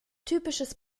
typisches